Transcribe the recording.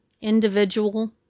individual